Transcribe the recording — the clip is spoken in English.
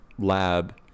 lab